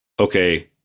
Okay